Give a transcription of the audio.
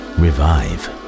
revive